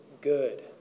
good